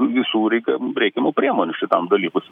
visų reikiam reikiamų priemonių šitam dalykui